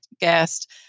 guest